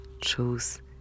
choose